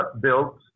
built